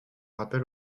rappel